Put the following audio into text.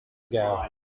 ago